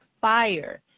fire